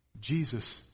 Jesus